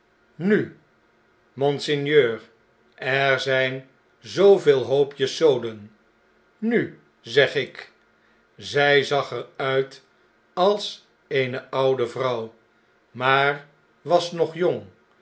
nu monseigneur er zjjn zooveel hoopjes zoden nu zeg ik zu zag er uit als eene oude vrouw maar was nog jong